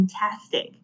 fantastic